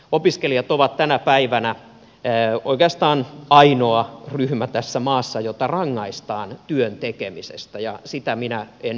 opiskelijat ovat tänä päivänä oikeastaan ainoa ryhmä tässä maassa jota rangaistaan työn tekemisestä ja sitä minä myöskään en ymmärrä